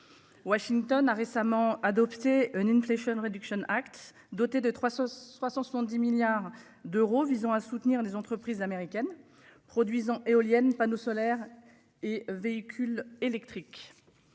Washington a récemment adopté une flèche réduction Act dotée de 370 milliards d'euros visant à soutenir des entreprises américaines produisant éoliennes, panneaux solaires et véhicules électriques.